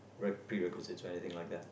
re~ prerequisites try anything like that